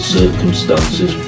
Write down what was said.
circumstances